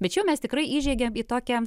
bet čia jau mes tikrai įžengiam į tokią